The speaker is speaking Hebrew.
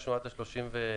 אנחנו ביקשנו עד ה-31 באוגוסט.